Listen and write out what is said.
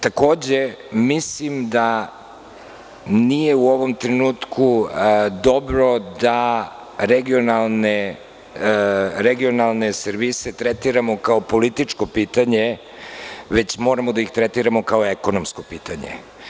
Takođe, mislim da nije u ovom trenutku dobro da regionalne servise tretiramo kao političko pitanje, već moramo da ih tretiramo kao ekonomsko pitanje.